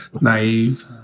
Naive